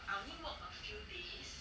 orh